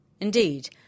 Indeed